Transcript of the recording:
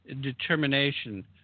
determination